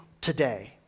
today